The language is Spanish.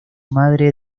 madre